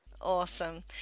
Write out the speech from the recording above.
Awesome